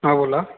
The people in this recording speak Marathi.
हां बोला